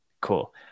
Cool